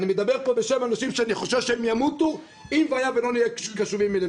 אני מדבר פה בשם אנשים שאני חושש שהם ימותו אם לא נהיה קשובים אליהם.